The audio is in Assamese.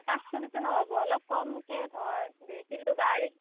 পাঁচ কেজিটো নহ'ব অলপ কমকৈ ধৰ দুই কিলোঁ বা আঢ়ৈ